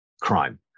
crime